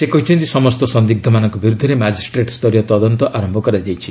ସେ କହିଛନ୍ତି ସମସ୍ତ ସନ୍ଦିଗ୍ରମାନଙ୍କ ବିରୁଦ୍ଧରେ ମାଜିଷ୍ଟ୍ରେଟ୍ ସ୍ତରୀୟ ତଦନ୍ତ ଆରମ୍ଭ କରାଯାଇଛି